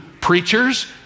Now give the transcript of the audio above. preachers